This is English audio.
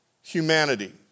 humanity